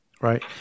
Right